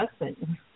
lesson